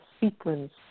sequence